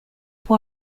può